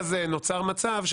ואז נוצר מצב,